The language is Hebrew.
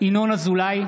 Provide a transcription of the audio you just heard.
ינון אזולאי,